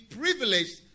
privileged